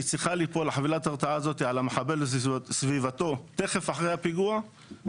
חבילת הרתעה על המחבל ועל סביבתו מיד אחרי הפיגוע,